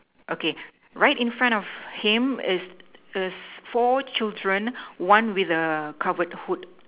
okay right in front of him is is four children one with a covered hood